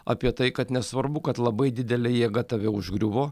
apie tai kad nesvarbu kad labai didelė jėga tave užgriuvo